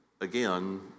again